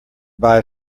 buy